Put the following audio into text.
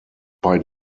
bei